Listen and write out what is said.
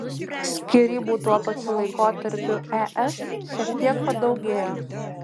skyrybų tuo pačiu laikotarpiu es šiek tiek padaugėjo